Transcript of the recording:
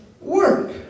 work